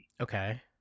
Okay